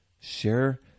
Share